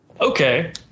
Okay